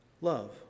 love